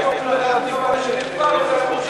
כי כשביקשנו לדעת בכמה אנשים מדובר הם לא היו מוכנים,